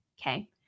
okay